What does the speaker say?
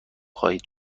خواهید